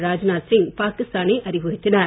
ராஜ்நாத் சிங் பாகிஸ்தானை அறிவுறுத்தினார்